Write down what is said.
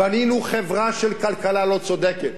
בנינו חברה של כלכלה לא צודקת.